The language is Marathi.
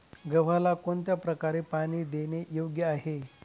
गव्हाला कोणत्या प्रकारे पाणी देणे योग्य आहे?